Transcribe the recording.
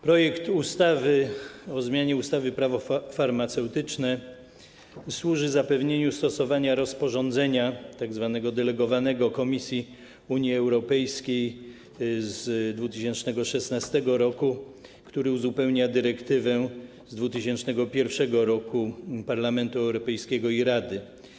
Projekt ustawy o zmianie ustawy Prawo farmaceutyczne służy zapewnieniu stosowania rozporządzenia tzw. delegowanego Komisji Unii Europejskiej z 2016 r., które uzupełnia dyrektywę z 2001 r. Parlamentu Europejskiego i Rady.